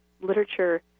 literature